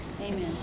Amen